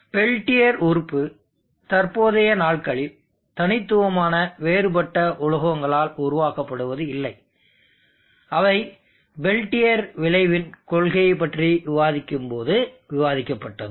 Peltier உறுப்பு தற்போதைய நாட்களில் தனித்துவமான வேறுபட்ட உலோகங்களால் உருவாக்கப்படுவது இல்லை அவை பெல்டியர் விளைவின் கொள்கையைப் பற்றி விவாதிக்கும் போது விவாதிக்கப்பட்டது